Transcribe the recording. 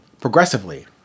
progressively